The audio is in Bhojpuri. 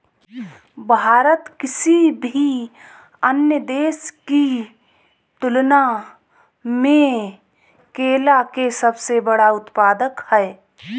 भारत किसी भी अन्य देश की तुलना में केला के सबसे बड़ा उत्पादक ह